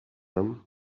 them